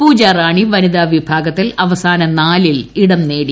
പൂജറാണി വനിതാ വിഭാഗത്തിൽ അവസാന നാലിൽ ഇടം നേടി